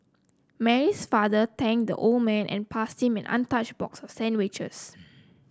Mary's father thanked the old man and passed him an untouched box of sandwiches